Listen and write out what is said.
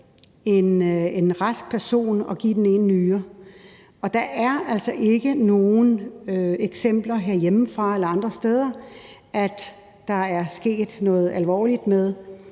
en rask person at give den ene nyre. Og der er altså ikke nogen eksempler herhjemmefra eller andre steder på, at der skulle være sket noget alvorligt med